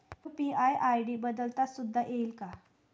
UPI ID बदलता सुद्धा येईल का?